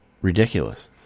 Ridiculous